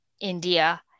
India